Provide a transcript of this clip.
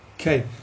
Okay